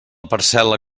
parcel·la